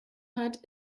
hat